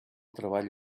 treball